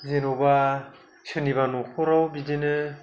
जेनबा सोरनिबा न'खराव बिदिनो